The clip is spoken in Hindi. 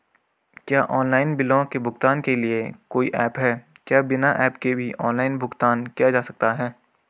क्या ऑनलाइन बिलों के भुगतान के लिए कोई ऐप है क्या बिना ऐप के भी ऑनलाइन भुगतान किया जा सकता है?